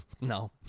no